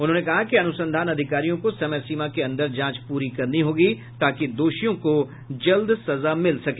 उन्होंने कहा कि अनुसंधान अधिकारियों को समय सीमा के अंदर जांच पूरी करनी होगी ताकि दोषियों को जल्द सजा मिल सके